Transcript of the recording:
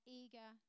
eager